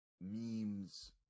memes